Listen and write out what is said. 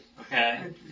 okay